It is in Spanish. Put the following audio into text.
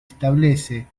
establece